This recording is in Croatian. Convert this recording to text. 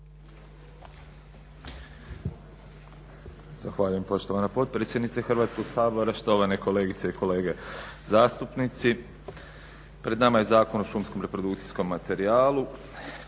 Zahvaljujem poštovana potpredsjednice Hrvatskog sabora, štovane kolegice i kolege zastupnici. Pred nama je Zakon o šumskom reprodukcijskom materijalu.